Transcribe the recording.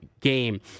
game